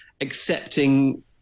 accepting